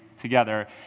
together